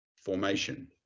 formation